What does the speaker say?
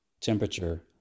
temperature